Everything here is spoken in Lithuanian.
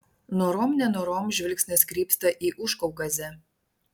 norom nenorom žvilgsnis krypsta į užkaukazę